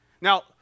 Now